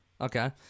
Okay